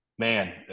Man